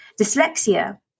Dyslexia